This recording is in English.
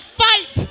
fight